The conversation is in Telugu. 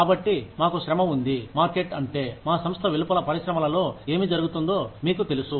కాబట్టి మాకు శ్రమ ఉంది మార్కెట్ అంటే మా సంస్థ వెలుపల పరిశ్రమలలో ఏమి జరుగుతుందో మీకు తెలుసు